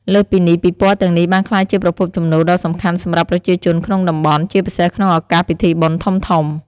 លើសពីនេះ ពិព័រណ៍ទាំងនេះបានក្លាយជាប្រភពចំណូលដ៏សំខាន់សម្រាប់ប្រជាជនក្នុងតំបន់ ជាពិសេសក្នុងឱកាសពិធីបុណ្យធំៗ។